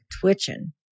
twitching